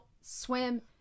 swim